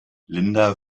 linda